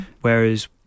Whereas